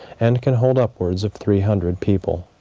and can hold upwards of three hundred people.